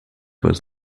was